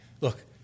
Look